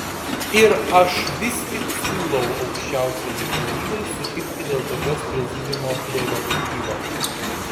ir aš vis tik siūlau aukščiausiajai tarybai sutikti dėl tokios prezidiumo prerogatyvos